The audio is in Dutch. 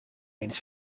eens